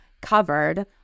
covered